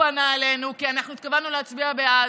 פנה אלינו אלא כי אנחנו התכוונו להצביע בעד.